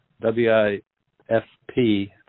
W-I-F-P